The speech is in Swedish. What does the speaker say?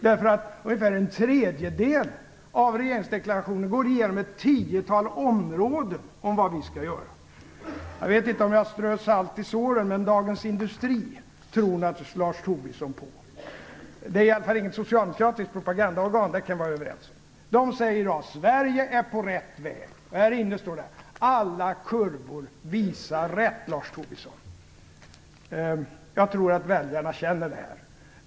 I ungefär en tredjedel av regeringsdeklarationen gick jag nämligen igenom ett tiotal områden där vi skall vidta åtgärder. Jag vet inte om jag strör salt i såren om jag läser upp vad som står i Dagens Industri i dag. Lars Tobisson tror naturligtvis på Dagens Industri; vi kan i alla fall vara överens om att det inte är något socialdemokratiskt propagandaorgan. Man säger: "Sverige är på rätt väg." Inne i tidningen står det: "Alla kurvor visar rätt." Jag tror att väljarna känner det här.